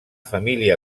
família